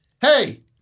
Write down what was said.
Hey